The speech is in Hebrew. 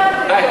באיזה סרט היית?